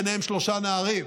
ביניהם נערים,